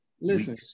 Listen